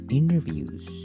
interviews